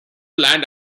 land